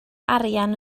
arian